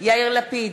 יאיר לפיד,